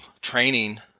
training